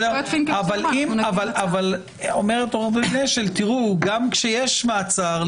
אבל אומרת עו"ד אשל: גם כשיש מעצר,